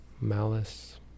malice